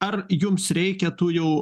ar jums reikia tų jau